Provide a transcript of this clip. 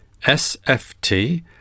SFT